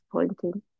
disappointing